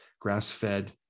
grass-fed